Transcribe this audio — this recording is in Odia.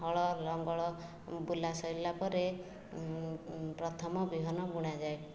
ହଳ ଲଙ୍ଗଳ ବୁଲା ସଇଲା ପରେ ପ୍ରଥମ ବିହନ ବୁଣାଯାଏ